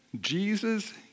Jesus